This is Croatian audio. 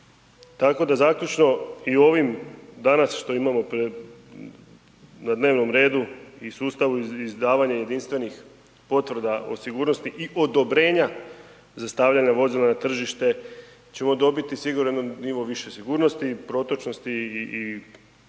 Tako da zaključno i u ovim danas što imamo na dnevnom redu i sustavu izdavanja jedinstvenih potvrda o sigurnosti i odobrenja za stavljanje vozila na tržište ćemo dobiti sigurno jedan nivo više sigurnosti i protočnosti i općenito